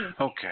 Okay